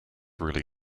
really